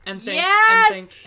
yes